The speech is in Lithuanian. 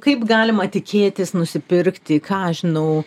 kaip galima tikėtis nusipirkti ką žinau